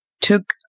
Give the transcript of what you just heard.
took